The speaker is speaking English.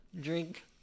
drink